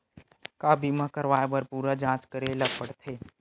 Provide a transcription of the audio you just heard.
का बीमा कराए बर पूरा जांच करेला पड़थे?